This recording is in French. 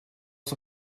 son